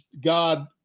God